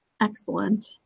Excellent